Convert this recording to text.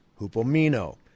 hupomino